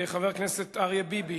חבר הכנסת אריה ביבי.